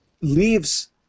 leaves